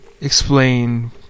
explain